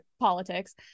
politics